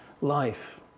life